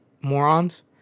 morons